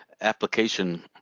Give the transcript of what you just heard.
application